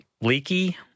leaky-